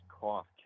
cough